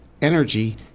energy